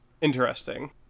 Interesting